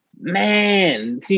Man